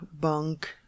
bunk